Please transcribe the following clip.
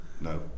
no